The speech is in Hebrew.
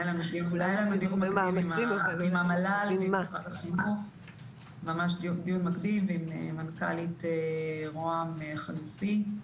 היה לנו דיון מקדים עם המל"ל ועם משרד החינוך ועם מנכ"לית רוה"מ החליפי,